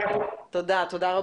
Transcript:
תודה לכם.